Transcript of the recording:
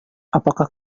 apakah